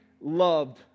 loved